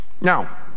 Now